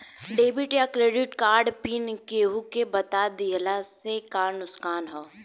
Debit या credit card PIN केहूके बता दिहला से का नुकसान ह?